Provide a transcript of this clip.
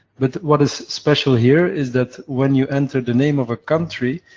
but what is special, here, is that when you enter the name of a country,